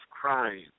crying